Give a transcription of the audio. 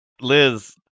Liz